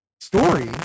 story